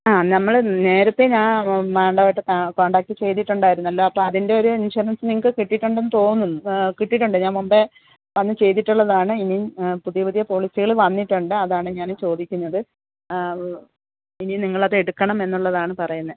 ആ നമ്മൾ നേരത്തെ ഞാൻ മാഡായിട്ട് കോൺടാക്ട് ചെയ്തിട്ടുണ്ടായിരുന്നല്ലോ അപ്പോൾ അതിൻറ്റൊരു ഇൻഷുറൻസ് നിങ്ങൾക്ക് കിട്ടീട്ടുണ്ടെന്ന് തോന്നുന്നു കിട്ടീട്ടുണ്ട് ഞാൻ മുമ്പേ വന്ന് ചെയ്തിട്ടുള്ളതാണ് ഇനിയും പുതിയ പുതിയ പോളിസികൾ വന്നിട്ടുണ്ട് അതാണ് ഞാൻ ചോദിക്കുന്നത് ഇനി നിങ്ങളത് എടുക്കണം എന്നുള്ളതാണ് പറയുന്നത്